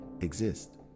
exist